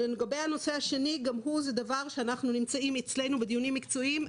לגבי הנושא השני זה דבר שנמצא אצלנו בדיונים מקצועיים.